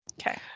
Okay